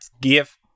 give